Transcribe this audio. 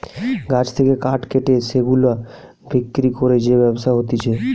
গাছ থেকে কাঠ কেটে সেগুলা বিক্রি করে যে ব্যবসা হতিছে